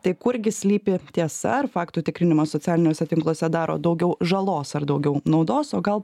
tai kurgi slypi tiesa ar faktų tikrinimas socialiniuose tinkluose daro daugiau žalos ar daugiau naudos o gal